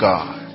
God